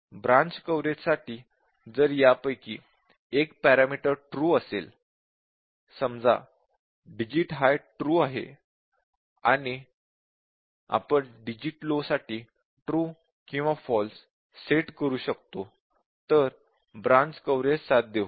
branch कव्हरेजसाठी जर यापैकी एक पॅरामीटर ट्रू असेल समजा digit high ट्रू आहे आणि आपण digit low साठी ट्रू किंवा फॉल्स सेट करू शकतो तर ब्रांच कव्हरेज साध्य होईल